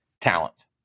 talent